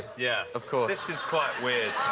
yeah. of course. this is quite weird.